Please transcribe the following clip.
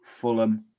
Fulham